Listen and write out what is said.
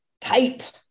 tight